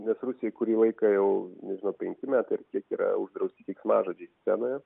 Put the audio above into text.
nes rusijoj kurį laiką jau nežinau penki metai ar kiek yra uždrausti keiksmažodžiai scenoje